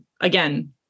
again